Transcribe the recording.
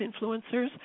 influencers